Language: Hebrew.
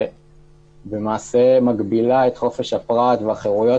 שלמעשה מגבילה את חופש הפרט והחרויות